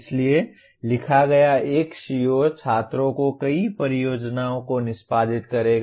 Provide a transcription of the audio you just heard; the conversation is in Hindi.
इसलिए लिखा गया एक CO छात्रों को कई परियोजनाओं को निष्पादित करेगा